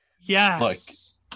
Yes